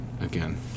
again